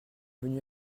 venu